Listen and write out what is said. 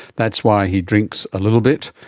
that's why he drinks a little bit,